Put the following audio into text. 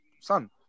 son